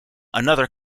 another